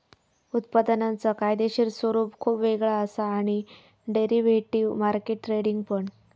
उत्पादनांचा कायदेशीर स्वरूप खुप वेगळा असा आणि डेरिव्हेटिव्ह मार्केट ट्रेडिंग पण